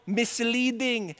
misleading